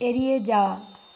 এড়িয়ে যাওয়া